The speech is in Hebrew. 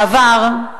בעבר,